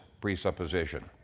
presupposition